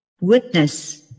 witness